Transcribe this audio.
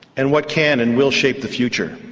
and what can and will shape the future.